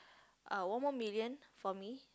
uh one more million for me